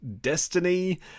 destiny